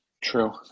True